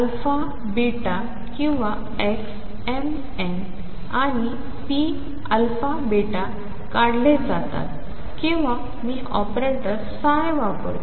xαβ किंवा xmn आणि pαβ काढले जातात किंवा मी ऑपरेटर ψ वापरतो